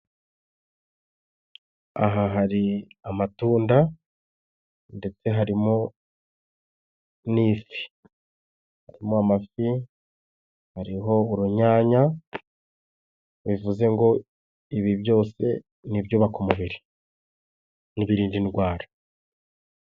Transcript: Aha hari amatunda, ndetse harimo n'ifi mumafi hariho urunyanya bivuze ngo ibi byose nibyubaka umubiri nibiririnda indwara.